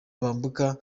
bambuka